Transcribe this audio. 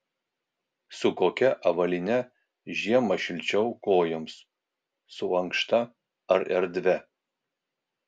su kokia avalyne žiemą šilčiau kojoms su ankšta ar erdvia